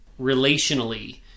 relationally